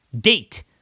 date